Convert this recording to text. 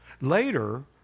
Later